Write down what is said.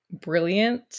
brilliant